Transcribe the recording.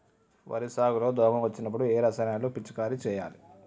వరి సాగు లో దోమ వచ్చినప్పుడు ఏ రసాయనాలు పిచికారీ చేయాలి?